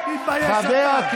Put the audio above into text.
תתבייש לך.